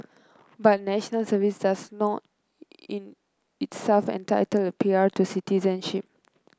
but National Services not in itself entitle a P R to citizenship